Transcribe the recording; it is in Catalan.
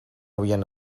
havien